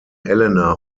elena